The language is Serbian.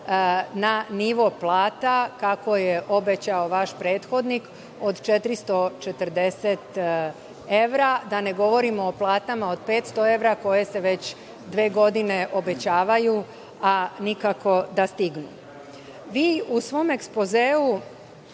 na nivo plata, kako je obećao vaš prethodnik, od 440 evra, da ne govorimo o platama od 500 evra koje se već dve godine obećavaju, a nikako da stignu.U svom ekspozeu